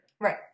Right